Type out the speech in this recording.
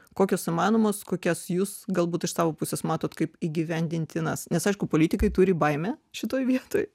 kokios įmanomos kokias jūs galbūt iš savo pusės matot kaip įgyvendintinas nes aišku politikai turi baimę šitoj vietoj